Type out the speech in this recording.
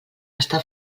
està